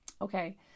okay